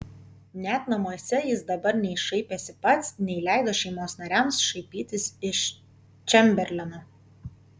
net namuose jis dabar nei šaipėsi pats nei leido šeimos nariams šaipytis iš čemberleno